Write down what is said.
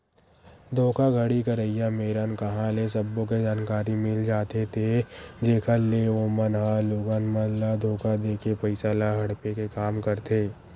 धोखाघड़ी करइया मेरन कांहा ले सब्बो के जानकारी मिल जाथे ते जेखर ले ओमन ह लोगन मन ल धोखा देके पइसा ल हड़पे के काम करथे